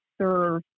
serve